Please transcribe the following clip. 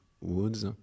woods